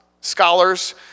scholars